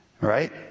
right